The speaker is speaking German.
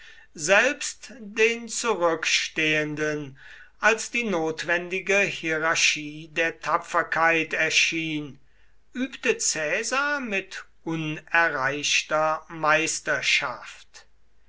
selbst den zurückstehenden als die notwendige hierarchie der tapferkeit erschien übte caesar mit unerreichter meisterschaft